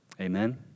Amen